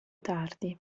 tardi